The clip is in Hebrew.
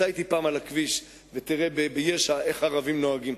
סע אתי פעם על הכביש ותראה ביש"ע איך ערבים נוהגים.